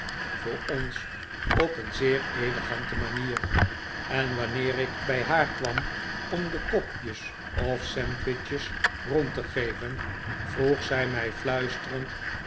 voor ons op een zeer elegante manier en wanneer ik bij haar kwam om de kopjes of de sandwiches rond te geven vroeg zij mij fluisterend